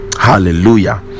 hallelujah